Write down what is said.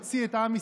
שולחן העבודה שלכם.